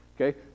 Okay